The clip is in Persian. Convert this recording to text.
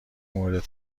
مورد